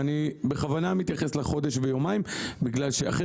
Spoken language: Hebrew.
ואני בכוונה מתייחס לחודש ויומיים בגלל שאחרי